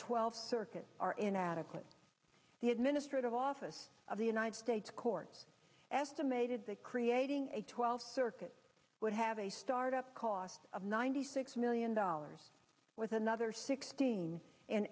twelfth circuit are inadequate the administrative office of the united states court estimated that creating a twelfth circuit would have a start up cost of ninety six million dollars with another sixteen